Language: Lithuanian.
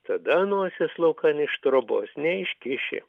tada nosies laukan iš trobos neiškiši